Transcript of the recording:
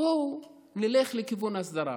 בואן נלך לכיוון הסדרה,